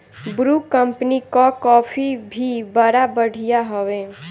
Bru company कअ coffee भी बड़ा बढ़िया हवे